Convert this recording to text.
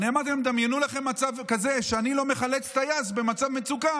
אמרתי להם: דמיינו לכם מצב כזה שבו אני לא מחלץ טייס במצב מצוקה